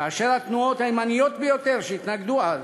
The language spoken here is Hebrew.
כאשר התנועות הימניות ביותר שהתנגדו אז